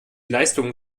leistungen